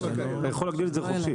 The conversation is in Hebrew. אתה יכול להגדיל את זה חופשי.